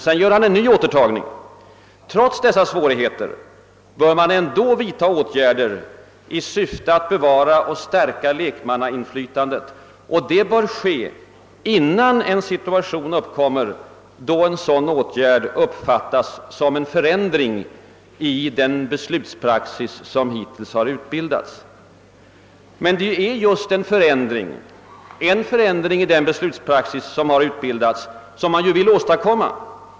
Sedan gör han en ny återtagning: Trots dessa svårigheter bör man vidta åtgärder i syfte att »bevara och stärka lekmannainflytandet», och det bör ske »innan en situation uppkommer då en sådan åtgärd uppfattas som en förändring i en utbildad beslutspraxis». Men det är just en förändring i den beslutspraxis som har utbildats man nu vill åstadkomma.